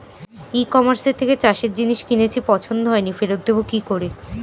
ই কমার্সের থেকে চাষের জিনিস কিনেছি পছন্দ হয়নি ফেরত দেব কী করে?